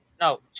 No